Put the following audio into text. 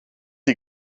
die